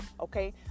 Okay